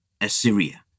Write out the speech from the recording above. Assyria